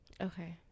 okay